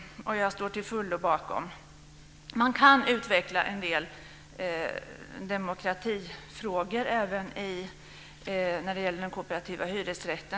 Jag står till fullo bakom betänkandet. Det går att utveckla några demokratifrågor även när det gäller kooperativ hyresrätt.